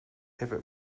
pivot